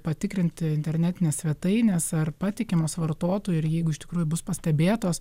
patikrinti internetines svetaines ar patikimos vartotojui ir jeigu iš tikrųjų bus pastebėtos